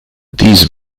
these